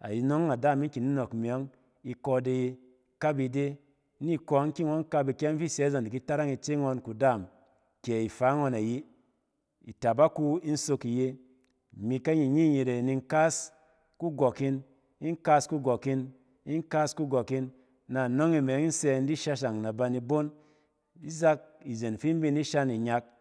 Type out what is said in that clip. ay-nↄng ↄng ada min kin di nↄk imiyↄng. Ikↄ de kapide ni kↄↄng ki ngↄn kap ikyɛng fi sɛ zↄng da ki tarang ice ngↄn kudaam kɛ ifaa ngↄn ayi. Itabak wu in sok iye imi kanyinyit e nin kas kugↄk in, in kas kugↄk in, in kas kugↄk in. Na anↄng e me yↄng in sɛ in di shashang naban nibon zak izen fi in bin di shan inyak